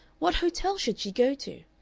what hotel should she go to?